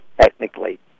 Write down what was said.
technically